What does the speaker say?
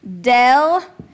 Dell